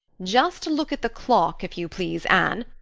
just look at the clock, if you please, anne.